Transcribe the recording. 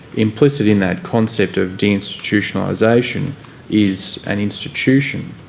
implicit in that concept of deinstitutionalisation is an institution.